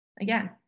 Again